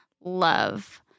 love